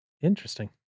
interesting